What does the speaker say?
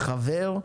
חבר.